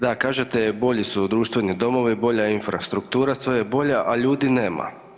Da, kažete, bolji su društveni domovi, bolja je infrastruktura, sve je bolje, a ljudi nema.